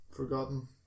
forgotten